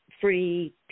free